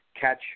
catch